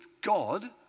God